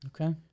Okay